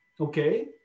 okay